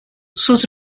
sus